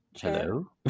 Hello